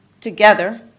together